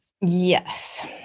Yes